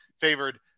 favored